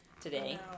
today